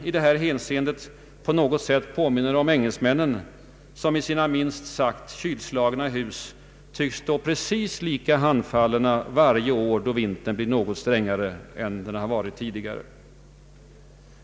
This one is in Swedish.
I det här hänseendet tycks vi på något sätt påminna om engelsmännen som i sina minst sagt kylslagna hus tycks stå lika handfallna varje år då vintern blir något strängare än normalt.